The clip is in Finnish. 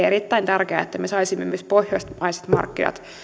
erittäin tärkeää että me saisimme myös pohjoismaiset markkinat